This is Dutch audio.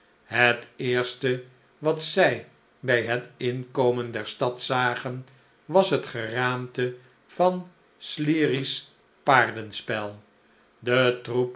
het eerste wat zij bij het inkomen der stad zagen was het geraamte van sleary s paardenspel de